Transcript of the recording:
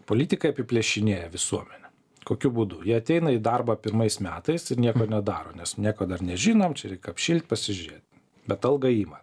politikai apiplėšinėja visuomenę kokiu būdu jie ateina į darbą pirmais metais ir nieko nedaro nes nieko dar nežinom čia reik apšilt pasižiūrėt bet algą ima